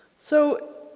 so